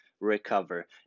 recover